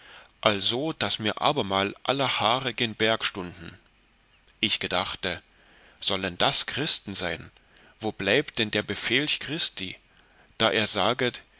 also daß mir abermal alle haare gen berg stunden ich gedachte sollen das christen sein wo bleibt dann der befelch christi da er saget